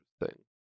interesting